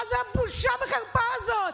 מה הבושה והחרפה הזאת?